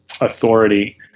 authority